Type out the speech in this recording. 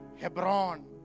Hebron